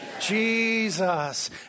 Jesus